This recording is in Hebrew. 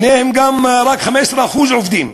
מהם רק 15% עובדים.